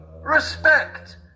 Respect